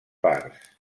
parts